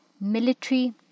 Military